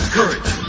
Courage